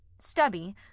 Stubby